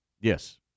Yes